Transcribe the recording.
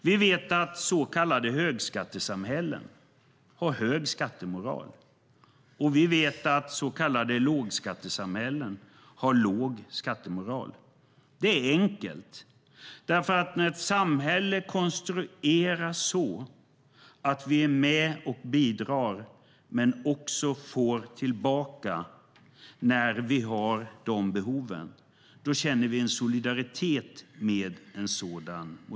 Vi vet att så kallade högskattesamhällen har hög skattemoral och att så kallade lågskattesamhällen har låg skattemoral. Det är enkelt. När ett samhälle konstrueras så att vi är med och bidrar men också får tillbaka när vi har behov känner vi solidaritet med modellen.